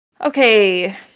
Okay